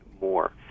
more